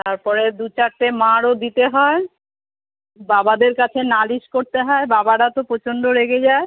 তারপরে দু চারটে মারও দিতে হয় বাবাদের কাছে নালিশ করতে হয় বাবারা তো পোচণ্ড রেগে যায়